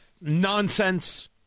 nonsense